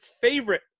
favorite